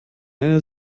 eine